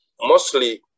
mostly